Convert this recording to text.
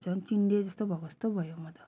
झन् चिन्डे जस्तो भएको जस्तो पो भयो म त